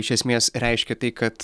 iš esmės reiškia tai kad